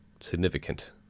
significant